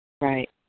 Right